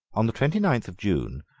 on the twenty-ninth of june,